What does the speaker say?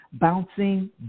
bouncing